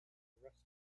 rusty